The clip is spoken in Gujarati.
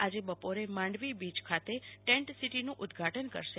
આજે બપોરે માંડવી ખાતે ટેન્ટ સીટીનું ઉદ્વાટન કરશે